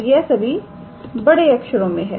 तो यह सभी बड़े अक्षरों मे है